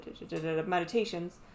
meditations